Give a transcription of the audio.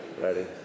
Ready